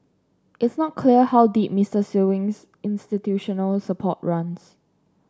it's not clear how deep Mister Sewing's institutional support runs